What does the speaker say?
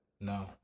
No